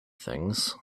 things